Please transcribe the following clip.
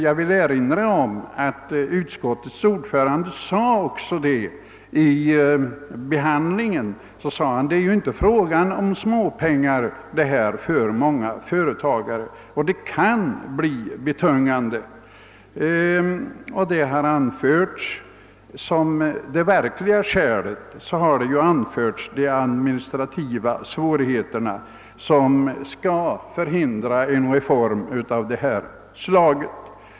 Jag vill erinra om att utskottets ordförande vid behandlingen av detta ärende också sade att det inte är fråga om småpengar för många företagare. Det kan bli betungande för dem. Som det verkliga skälet mot en reform av detta slag har man anfört de administrativa svårigheter som skulle uppkomma.